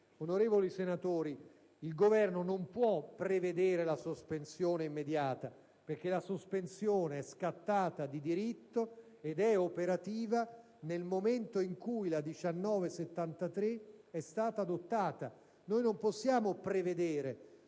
Onorevoli senatori, il Governo non può prevedere la sospensione immediata, perché la sospensione è scattata di diritto ed è diventata operativa nel momento in cui la risoluzione n. 1973 è stata adottata; non possiamo «prevedere»: